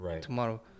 tomorrow